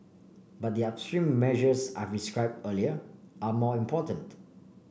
but the upstream measures I've describe earlier are more important